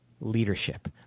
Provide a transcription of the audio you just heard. leadership